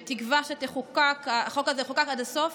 בתקווה שהחוק הזה יחוקק עד הסוף,